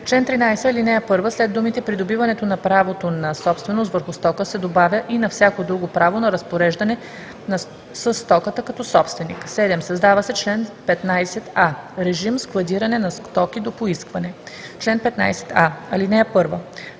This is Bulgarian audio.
чл. 13, ал. 1 след думите „придобиването на правото на собственост върху стока“ се добавя „и на всяко друго право на разпореждане със стоката като собственик“. 7. Създава се чл. 15а: „Режим складиране на стоки до поискване Чл. 15а. (1)